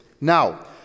Now